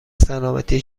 سلامتی